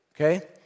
Okay